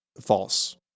false